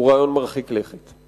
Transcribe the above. הוא רעיון מרחיק לכת.